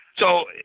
so,